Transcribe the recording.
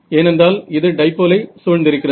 ஏனென்றால் இது டைப்போலை சூழ்ந்திருக்கிறது